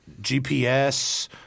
GPS